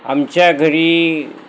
आमच्या घरी